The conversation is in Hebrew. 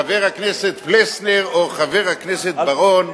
חבר הכנסת פלסנר או חבר הכנסת בר-און,